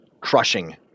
crushing